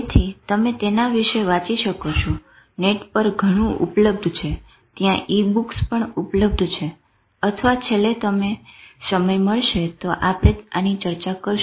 તેથી તમે તેના વિષે વાંચી શકો છો નેટ પર ઘણું બધું ઉપલબ્ધ છે ત્યાં ઈ બુક્સ પણ ઉપલબ્ધ છે અથવા છેલ્લે તમને સમય મળશે તો આપણે આની ચર્ચા કરશું